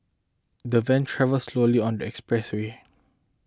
the van travelled slowly on the expressway